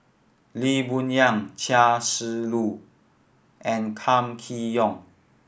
Lee Boon Yang Chia Shi Lu and Kam Kee Yong